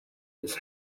his